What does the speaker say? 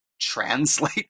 translate